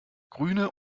grüne